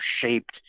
shaped